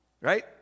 Right